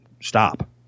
stop